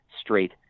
straight